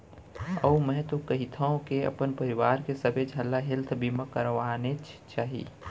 अउ मैं तो कहिथँव के अपन परवार के सबे झन ल हेल्थ बीमा करवानेच चाही